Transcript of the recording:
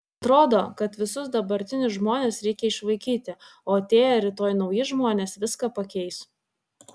atrodo kad visus dabartinius žmones reikia išvaikyti o atėję rytoj nauji žmonės viską pakeis